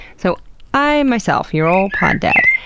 so i myself, your old poddad,